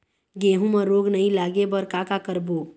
गेहूं म रोग नई लागे बर का का करबो?